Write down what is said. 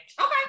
Okay